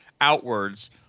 outwards